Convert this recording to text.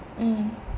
mm